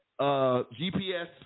GPS